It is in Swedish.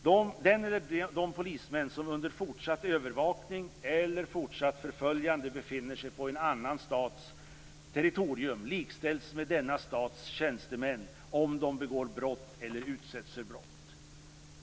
Den polisman eller de polismän som under fortsatt övervakning eller fortsatt förföljande befinner sig på en annan stats territorium likställs med denna stats tjänstemän om de begår brott eller utsätts för brott.